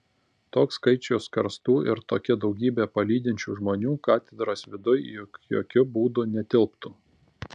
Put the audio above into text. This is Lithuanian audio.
toks skaičius karstų ir tokia daugybė palydinčių žmonių katedros viduj juk jokiu būdu netilptų